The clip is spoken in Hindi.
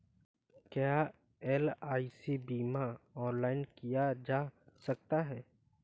क्या एल.आई.सी बीमा ऑनलाइन किया जा सकता है?